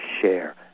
share